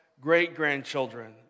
great-grandchildren